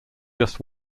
just